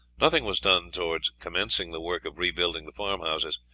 nothing was done towards commencing the work of rebuilding the farmhouses,